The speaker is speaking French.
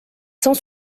cent